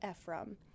Ephraim